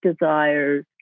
desires